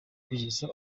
kugeza